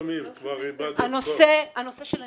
הנושא של הנתונים.